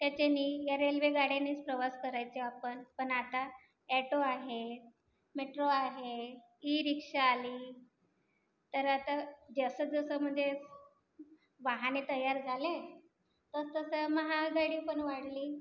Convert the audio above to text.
त्याच्यानी या रेल्वेगाड्यानीच प्रवास करायचे आपण पण आता ॲटो आहे मेट्रो आहे ई रिक्षा आली तर आता जसंजसं म्हणजे वाहाने तयार झाले तसतसं महागडीपण वाढली